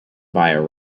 via